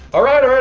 alright, alright.